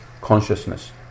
consciousness